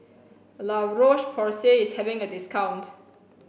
La Roche Porsay is having a discount